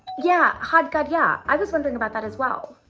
yeah, had gadya, i was wondering about that as well.